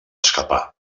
escapar